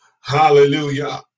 hallelujah